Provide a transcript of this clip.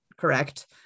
correct